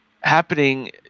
happening